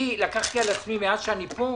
אני לקחתי על עצמי מאז אני כאן